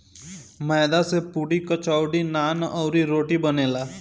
मैदा से पुड़ी, कचौड़ी, नान, अउरी, रोटी बनेला